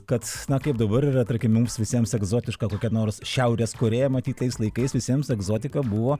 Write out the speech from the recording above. kad na kaip dabar yra tarkim mums visiems egzotiška kokia nors šiaurės korėja matyt tais laikais visiems egzotika buvo